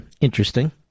Interesting